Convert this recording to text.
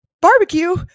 barbecue